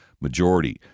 majority